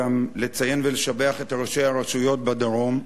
גם לציין ולשבח את ראשי הרשויות בדרום,